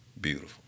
Beautiful